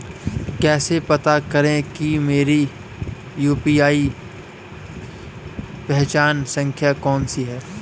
कैसे पता करें कि मेरी यू.पी.आई पहचान संख्या कौनसी है?